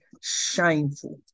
shameful